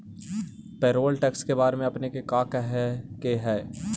Payroll tax के बारे में आपने के का कहे के हेअ?